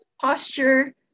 Posture